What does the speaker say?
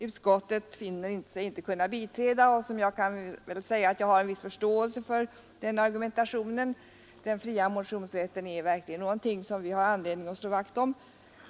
Utskottet finner sig inte kunna biträda min motion, och jag har viss förståelse för utskottets argumentation — den fria motionsrätten har vi verkligen anledning att slå vakt om.